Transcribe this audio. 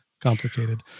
complicated